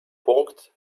punkt